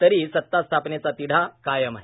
तरी सता स्थापनेचा तिढा कायम आहे